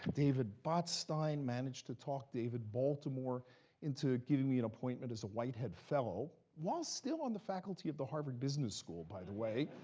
david botstein managed to talk david baltimore into giving me an appointment as a whitehead fellow, while still on the faculty of the harvard business school, by the way,